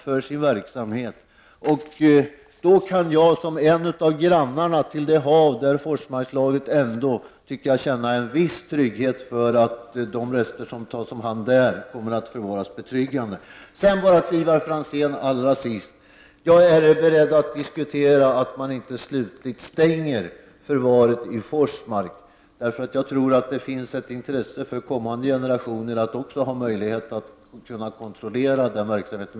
Därför kan jag som en av dem som bor intill det hav där Forsmarkslagret finns känna en viss säkerhet för att de rester som tas om hand där kommer att förvaras på ett betryggande sätt. Till sist bara ytterligare några ord till Ivar Franzén. Jag är beredd att disku tera att man inte slutligt stänger förvaret i Forsmark, eftersom jag tror att framtida generationer kommer att ha ett intresse av att kunna kontrollera verksamheten där.